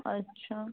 अच्छा